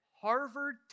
Harvard